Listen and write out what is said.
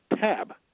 tab